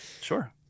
Sure